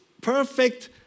perfect